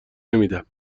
نمیدم